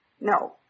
No